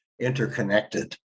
interconnected